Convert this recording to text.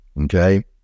Okay